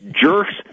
jerks